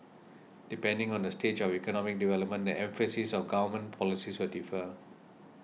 depending on the stage of economic development the emphasis of government policies will differ